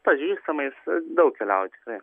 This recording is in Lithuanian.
pažįstamais daug keliauju tikrai